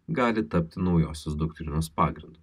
gali tapti naujosios doktrinos pagrindu